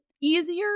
easier